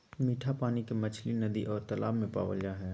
मिट्ठा पानी के मछली नदि और तालाब में पावल जा हइ